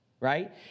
right